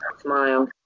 smile